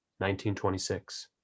1926